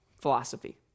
philosophy